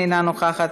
אינו נוכח,